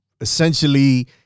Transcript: essentially